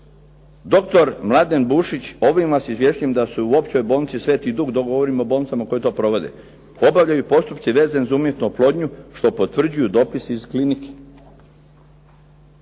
Doktor Mladen Bušić, "ovim vam izvješćujem da se u Općoj bolnici Sv. Duh dogovorimo u bolnicama koje to provode, obavljaju postupci vezani uz umjetnu oplodnju što potvrđuju dopisi iz klinike".